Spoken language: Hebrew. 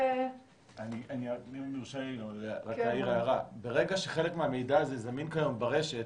אם יורשה לי להעיר הערה: ברגע שחלק מהמידע הזה זמין כיום ברשת,